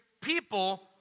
people